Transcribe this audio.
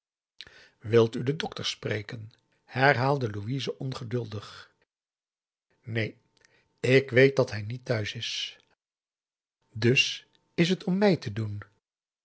wilt u den dokter spreken herhaalde louise ongeduldig neen ik weet dat hij niet thuis is dus is het om mij te doen